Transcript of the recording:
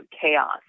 chaos